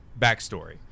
backstory